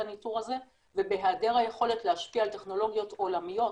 ובהיעדר היכולת להשפיע על טכנולוגיות עולמיות,